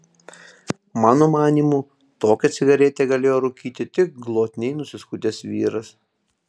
mano manymu tokią cigaretę galėjo rūkyti tik glotniai nusiskutęs vyras